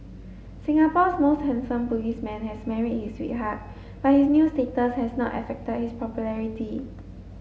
Singapore's most handsome policeman has married his sweetheart but his new status has not affected his popularity